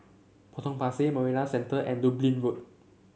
Potong Pasir Marina Centre and Dublin Road